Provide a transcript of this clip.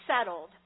settled